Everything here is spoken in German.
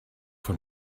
von